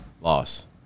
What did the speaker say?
loss